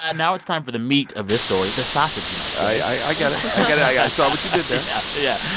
now it's time for the meat of this story the sausage, you might say i get it. i get it i i saw what you did there yeah,